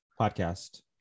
Podcast